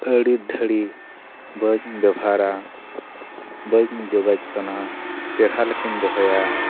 ᱟᱹᱲᱤ ᱰᱷᱟᱹᱲᱤ ᱵᱟᱹᱧ ᱵᱮᱣᱦᱟᱨᱟ ᱵᱟᱹᱧ ᱡᱚᱜᱟᱣ ᱡᱚᱛᱚᱱᱟ ᱪᱮᱨᱦᱟ ᱞᱮᱠᱟᱧ ᱫᱚᱦᱚᱭᱟ